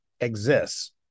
exists